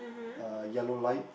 uh yellow lights